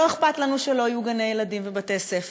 לא אכפת לנו שלא יהיו גני-ילדים ובתי-ספר,